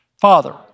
Father